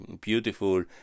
beautiful